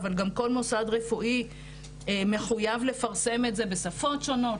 אבל גם כל מוסד רפואי מחויב לפרסם את זה בשפות שונות,